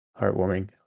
heartwarming